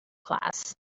class